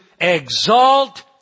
exalt